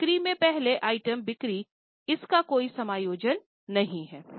तो बिक्री में पहले आइटम बिक्री इसका कोई समायोजन नहीं है